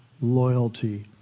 loyalty